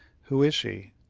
who is she?